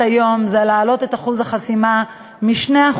היום היא להעלות את אחוז החסימה מ-2%